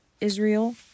Israel